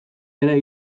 ere